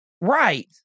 Right